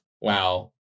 wow